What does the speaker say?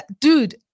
dude